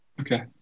Okay